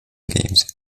games